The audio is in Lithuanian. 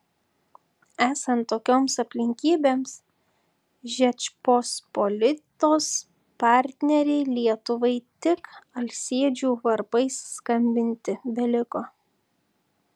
esant tokioms aplinkybėms žečpospolitos partnerei lietuvai tik alsėdžių varpais skambinti beliko